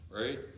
right